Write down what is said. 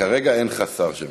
כרגע אין לך שר שמשיב.